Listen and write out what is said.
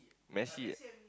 Messi